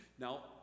Now